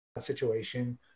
situation